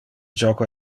joco